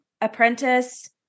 apprentice